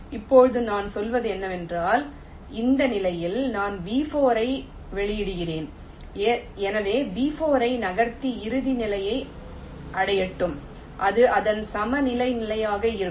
இப்போது நான் சொல்வது என்னவென்றால் இந்த நிலையில் நான் B4 ஐ வெளியிடுகிறேன் எனவே B4 ஐ நகர்த்தி இறுதி நிலையை அடையட்டும் அது அதன் சமநிலை நிலையாக இருக்கும்